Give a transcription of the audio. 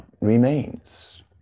remains